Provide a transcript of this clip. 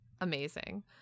amazing